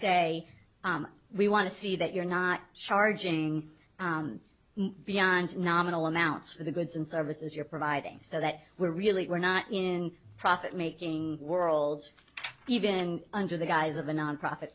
say we want to see that you're not charging beyond nominal amounts for the goods and services you're providing so that we're really we're not in profit making worlds even under the guise of a nonprofit